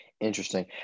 Interesting